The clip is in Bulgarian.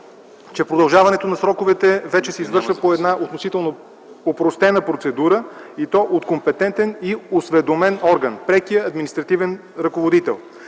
че продължаването на сроковете вече се извършва по една относително опростена процедура и то от компетентен и осведомен орган – прекия административен ръководител.